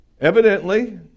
Evidently